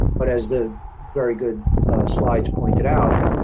but, as the very good slides pointed out,